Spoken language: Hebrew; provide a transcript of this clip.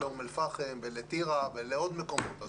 לאום אל פאחם ולטירה ולעוד מקומות.